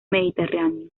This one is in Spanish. mediterráneo